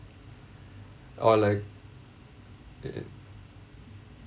or like it it